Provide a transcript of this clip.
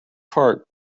cart